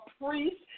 priests